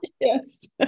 Yes